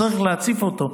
צריך להציף אותו,